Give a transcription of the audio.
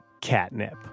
catnip